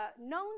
known